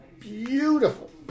beautiful